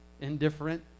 indifferent